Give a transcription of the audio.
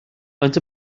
faint